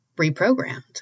reprogrammed